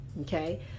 okay